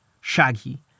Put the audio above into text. shaggy